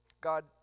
God